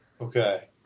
Okay